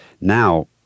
Now